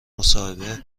مصاحبه